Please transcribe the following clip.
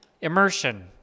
immersion